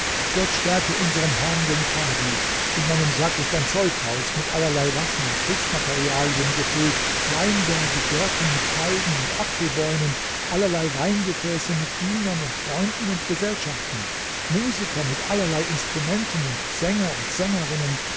gott stärke unsern herrn den kadhi in meinem sack ist ein zeughaus mit allerlei waffen und kriegsmaterialien gefüllt weinberge gärten mit feigen und apfelbäumen allerlei weingefäße mit dienern und freunden und gesellschaften musiker mit allerlei instrumenten und sänger und sängerinnen